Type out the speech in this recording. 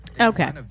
Okay